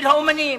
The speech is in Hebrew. של האמנים,